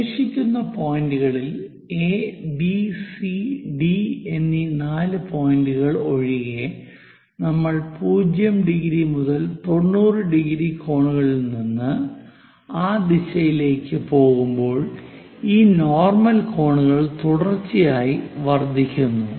ശേഷിക്കുന്ന പോയിന്റുകളിൽ A B C D ABCD എന്നീ നാല് പോയിന്റുകൾ ഒഴികെ നമ്മൾ 0° മുതൽ 90° കോണുകളിൽ നിന്ന് ആ ദിശയിലേക്ക് പോകുമ്പോൾ ഈ നോർമൽ കോണുകൾ തുടർച്ചയായി വർദ്ധിക്കുന്നു